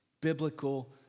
biblical